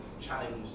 challenge